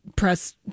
press